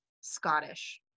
Scottish